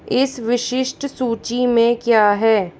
इस विशिष्ट सूची में क्या है